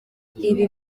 ibi